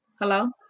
Hello